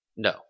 No